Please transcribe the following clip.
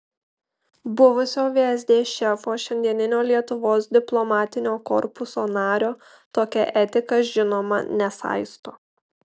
buvusio vsd šefo šiandieninio lietuvos diplomatinio korpuso nario tokia etika žinoma nesaisto